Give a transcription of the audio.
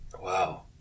wow